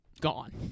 Gone